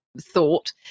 thought